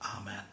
Amen